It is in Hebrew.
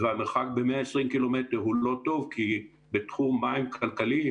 והמרחק של 120 קילומטרים הוא לא טוב כי בתחום מים כלכליים